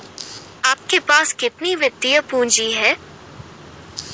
आपके पास कितनी वित्तीय पूँजी है?